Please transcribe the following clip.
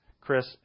Chris